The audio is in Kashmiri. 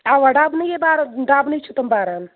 اَوا ڈَبنہٕ یے بَرو ڈَبنٕے چھِ تِم بَران